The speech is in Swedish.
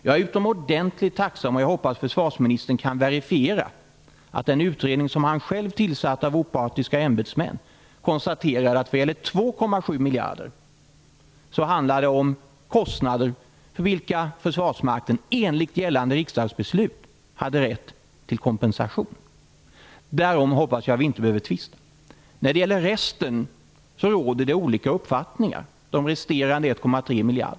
Jag är utomordentligt tacksam att den utredning av opartiska ämbetsmän som han själv tillsatte konstaterar - och jag hoppas att försvarsministern kan verifera det - att när det gäller 2,7 miljarder handlar det om kostnader för vilka Försvarsmakten enligt gällande riksdagsbeslut hade rätt till kompensation för. Därom hoppas jag att vi inte behöver tvista. När det gäller de resterande 1,3 miljarderna råder det olika uppfattningar.